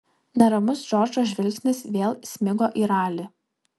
neramus džordžo žvilgsnis vėl smigo į ralį